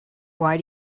why